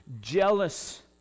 jealous